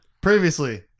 Previously